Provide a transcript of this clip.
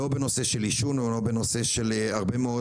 לא בנושא של עישון ולא בנושאים אחרים.